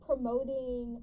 Promoting